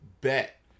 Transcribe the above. bet